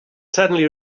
suddenly